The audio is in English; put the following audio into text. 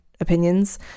opinions